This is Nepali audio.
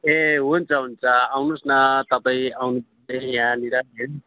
ए हुन्छ हुन्छ आउनुहोस् न तपाईँ आउनु यहाँनिर